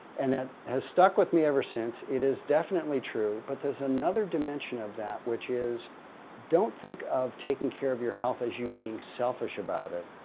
and that has stuck with me ever since. it is definitely true but there's another dimension of that, which is don't think of taking care of your health as you being selfish about it.